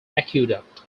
aqueduct